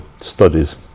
studies